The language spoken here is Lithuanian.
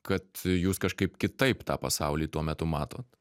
kad jūs kažkaip kitaip tą pasaulį tuo metu matot